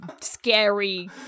scary